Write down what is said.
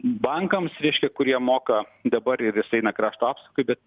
bankams reiškia kurie moka dabar ir jis eina krašto apsaugai bet